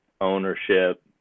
ownership